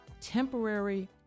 temporary